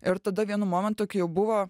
ir tada vienu momentu kai jau buvo